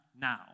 now